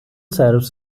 serves